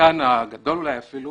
חלקן הגדול אולי אפילו,